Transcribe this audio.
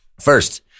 First